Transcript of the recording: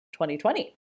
2020